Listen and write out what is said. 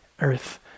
earth